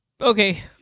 okay